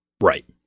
Right